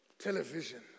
Television